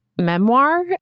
memoir